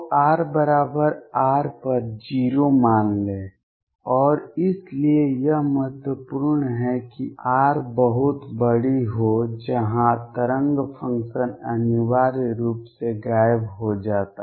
u को r R पर 0 मान लें और इसलिए यह महत्वपूर्ण है कि R बहुत बड़ी हो जहां तरंग फंक्शन अनिवार्य रूप से गायब हो जाता है